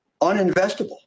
Uninvestable